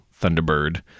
Thunderbird